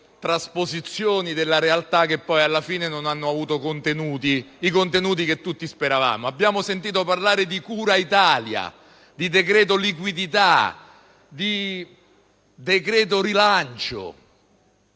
trasposizioni della realtà che poi, alla fine, non hanno avuto i contenuti che tutti speravamo. Abbiamo sentito parlare di cura Italia, di decreto liquidità, di decreto rilancio,